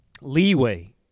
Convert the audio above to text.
leeway